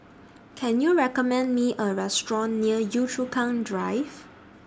Can YOU recommend Me A Restaurant near Yio Chu Kang Drive